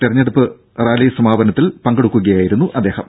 തിരഞ്ഞെടുപ്പ് റാലി സമാപനത്തിൽ പങ്കെടുക്കുകയായിരുന്നു അദ്ദേഹം